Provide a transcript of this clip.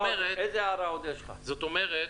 זאת אומרת,